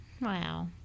Wow